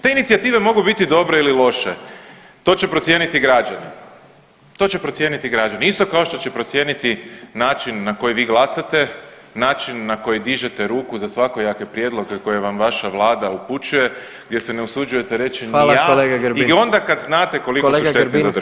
Te inicijative mogu biti dobre ili loše, to će procijeniti građani, to će procijeniti građani, isto kao što će procijeniti način na koji vi glasate, način na koji dižete ruku za svakojake prijedloga koje vam vaša vlada upućuje gdje se ne usuđujete reći ni a [[Upadica: Hvala kolega Grbin.]] i onda kad znate koliko su štetni za [[Upadica: Kolega Grbin hvala vam lijepo.]] državu.